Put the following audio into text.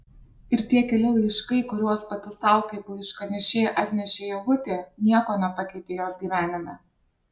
ir tie keli laiškai kuriuos pati sau kaip laiškanešė atnešė ievutė nieko nepakeitė jos gyvenime